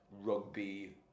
rugby